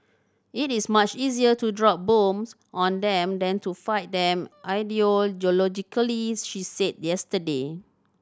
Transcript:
it is much easier to drop bombs on them than to fight them ideologically she said yesterday